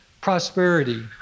prosperity